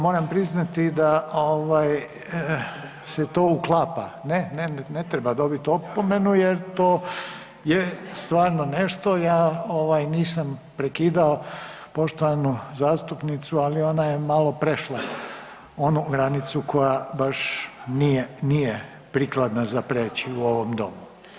Moram priznati da ovaj se to uklapa, ne, ne treba dobiti opomenu jer to je stvarno nešto, ja ovaj nisam prekidao poštovanu zastupnicu, ali ona je malo prešla onu granicu koja baš nije, nije prikladna za preći u ovom domu.